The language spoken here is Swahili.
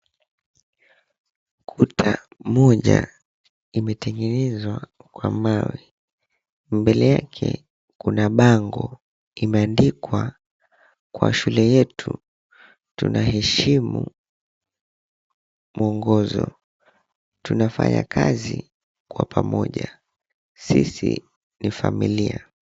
Kuta moja imetengenezwa kwa mawe mbele yake kuna bango imeandikwa, Kwa Shule Yetu Tunaheshimu Mwongozo, Tunafanya Kazi Kwa Pamoja, Sisi ni Familia.